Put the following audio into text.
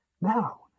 Now